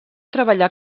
treballar